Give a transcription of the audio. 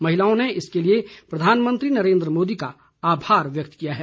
महिलाओं ने इसके लिए प्रधानमंत्री नरेन्द्र मोदी का आभार व्यक्त किया है